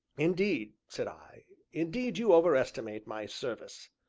indeed, said i, indeed you overestimate my service.